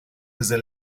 desde